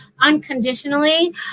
unconditionally